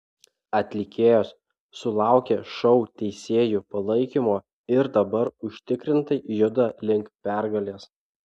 atlikėjos sulaukė šou teisėjų palaikymo ir dabar užtikrintai juda link pergalės